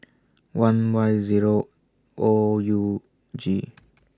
one Y Zero O U G